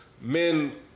men